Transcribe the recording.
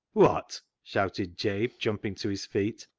wot? shouted jabe, jumping to his feet,